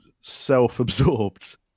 self-absorbed